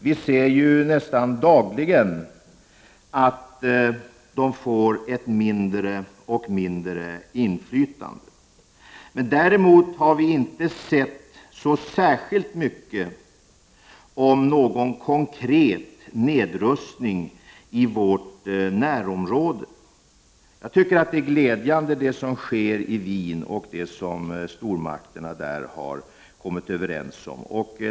Vi ser nästan dagligen att deras inflytande blir mindre och mindre. Däremot har vi inte sett så särskilt mycket om någon konkret nedrustning i vårt närområde. Jag tycker att det är glädjande, det som sker i Wien och det som stormakterna där har kommit överens om.